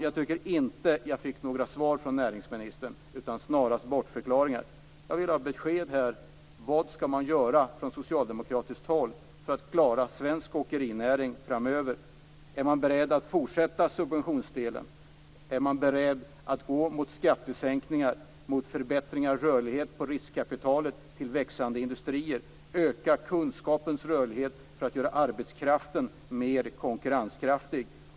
Jag tycker inte att jag fick några svar från näringsministern, utan det var snarast bortförklaringar. Jag vill ha ett besked här om vad man skall göra från socialdemokratiskt håll för att klara den svenska åkerinäringen framöver. Är man beredd att fortsätta på subventionsvägen? Är man beredd att gå mot skattesänkningar och förbättringar av rörligheten på riskkapitalet till växande industrier? Är man beredd att öka kunskapens rörlighet för att göra arbetskraften mer konkurrenskraftig?